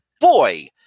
boy